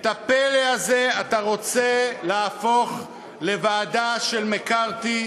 את הפלא הזה, אתה רוצה להפוך לוועדה של מקארתי,